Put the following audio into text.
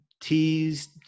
teased